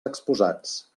exposats